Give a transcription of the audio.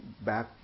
back